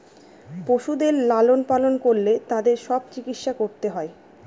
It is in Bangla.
পশুদের লালন পালন করলে তাদের সব চিকিৎসা করতে হয়